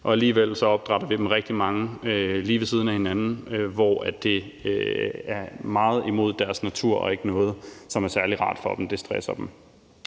Og alligevel opdrætter vi dem rigtig mange lige ved siden af hinanden, hvilket er meget imod deres natur og ikke noget, som er særlig rart for dem – det stresser dem.